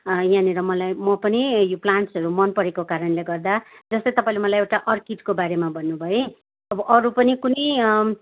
यहाँनिर मलाई म पनि यो प्लान्ट्सहरू मनपरेको कारणले गर्दा जस्तै तपाईँले मलाई एउटा अर्किडको बारेमा भन्नु भयो है अब अरू पनि कुनै